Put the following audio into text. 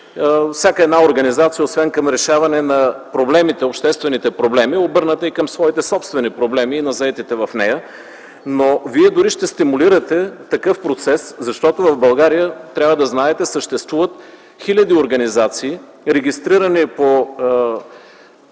всяка една организация, освен към решаване на обществените проблеми, е обърната и към своите собствени проблеми, на заетите в нея, но вие дори ще стимулирате такъв процес, защото в България, трябва да знаете, съществуват хиляди организации, регистрирани по